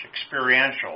experiential